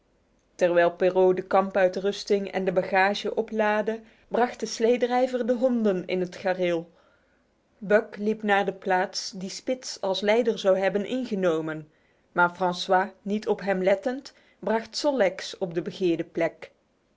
terwijl perrault de kampuitrusting en de bagage oplaadde bracht de sleedrijver de honden in het gareel buck liep naar de plaats die spitz als leider zou hebben ingenomen maar francois niet op hem lettend bracht sol leks op de begeerde plek